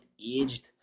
aged